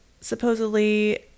supposedly